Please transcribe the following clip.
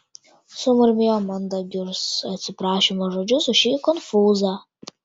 sumurmėjo mandagius atsiprašymo žodžius už šį konfūzą